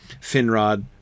Finrod